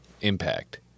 impact